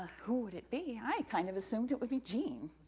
who would it be? i kind of assumed it would be jean.